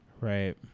right